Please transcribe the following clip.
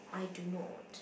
I do not